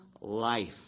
life